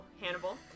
Hannibal